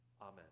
Amen